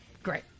Great